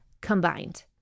combined